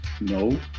no